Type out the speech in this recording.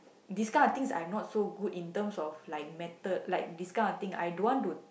this kind of things I'm not so good in terms of like method like this kind of thing I don't want to